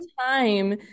time